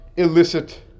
illicit